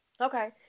Okay